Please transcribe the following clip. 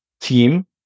team